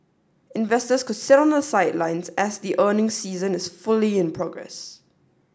investors could sit on the sidelines as the earnings season is fully in progress